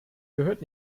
gehört